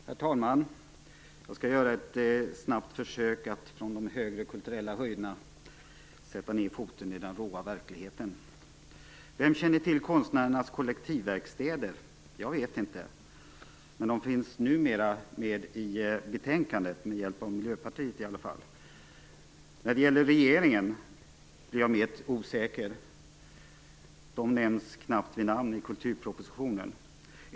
Herr talman! Jag skall göra ett snabbt försök att från de höga kulturella höjderna sätta ned foten i den gråa verkligheten. Vem känner till konstnärernas kollektivverkstäder? Jag vet inte, men de nämns nu i betänkandet tack vare Miljöpartiet. När det gäller regeringen är jag mer osäker. De nämns knappt vid namn i kulturpropositionen.